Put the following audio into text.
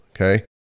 okay